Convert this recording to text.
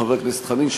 חבר הכנסת חנין,